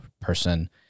person